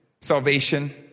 salvation